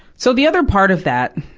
so, the other part of that,